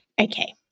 Okay